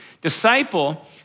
Disciple